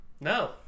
No